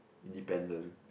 independent